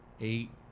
eight